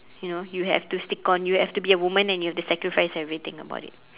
you know you have to stick on you have to be a woman and you have to sacrifice everything about it